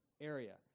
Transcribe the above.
area